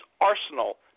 arsenal